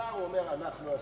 השר אומר: אנחנו עשינו,